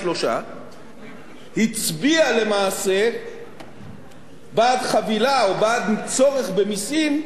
הצביע למעשה בעד חבילה או בעד צורך במסים גדול בחמש-עשרה מיליארד.